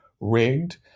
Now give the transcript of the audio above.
rigged